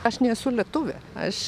aš nesu lietuvė aš